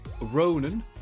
Ronan